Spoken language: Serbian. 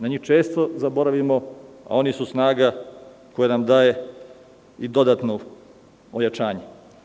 Na njih često zaboravimo, a oni su često snaga koja nam daje i dodatno ojačanje.